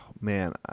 man